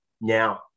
now